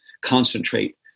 concentrate